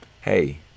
hey